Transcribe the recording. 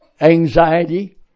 anxiety